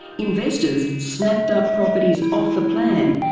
investors snapped up properties off the plan,